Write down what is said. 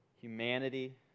humanity